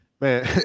Man